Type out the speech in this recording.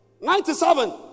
ninety-seven